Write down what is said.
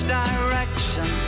direction